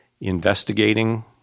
investigating